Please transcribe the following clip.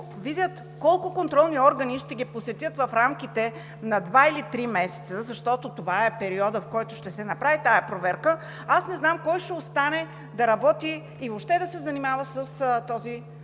като видят колко контролни органи ще ги посетят в рамките на два или три месеца, защото това е периодът, в който ще се направи тази проверка, аз не знам кой ще остане да работи и въобще да се занимава с този